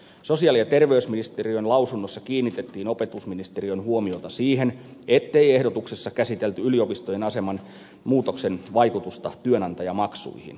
sosiaali ja terveysministeriön lausunnossa kiinnitettiin opetusministeriön huomiota siihen ettei ehdotuksessa käsitelty yliopistojen aseman muutoksen vaikutusta työnantajamaksuihin